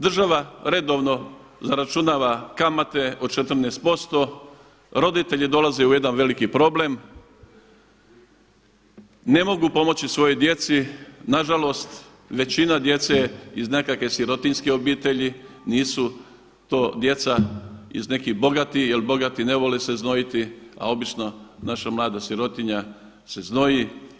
Država redovno zaračunava kamate od 14%, roditelji dolaze u jedan veliki problem, ne mogu pomoći svojoj djeci, nažalost većina djece je iz nekakve sirotinjske obitelji, nisu to djeca iz nekih bogatih jer bogati ne vole se znojiti a obično naša mlada sirotinja se znoji.